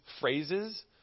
phrases